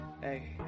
Hey